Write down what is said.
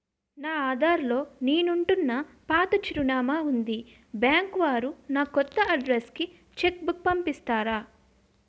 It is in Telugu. నా ఆధార్ లో నేను ఉంటున్న పాత చిరునామా వుంది బ్యాంకు వారు నా కొత్త అడ్రెస్ కు చెక్ బుక్ పంపిస్తారా?